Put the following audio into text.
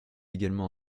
également